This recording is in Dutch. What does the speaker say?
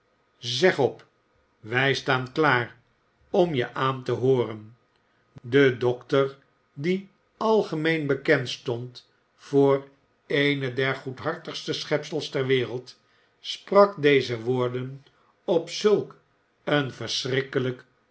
zeg op wij staan klaar om je aan te hooren de dokter die algemeen bekend stond voor een der goedhartigste schepsels ter wereld sprak deze woorden op zulk een verschrikkelijk